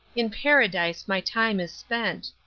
in paradise my time is spent.